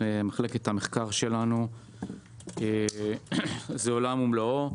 זה עולם ומלואו.